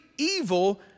evil